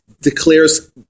declares